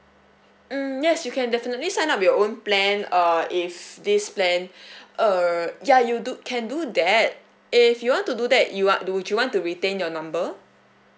um yes you can definitely sign up your own plan err if this plan err ya you do can do that if you want to do that you want would you want to retain your number